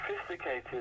sophisticated